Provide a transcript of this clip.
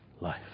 life